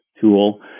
tool